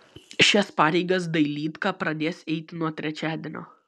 šias pareigas dailydka pradės eiti nuo trečiadienio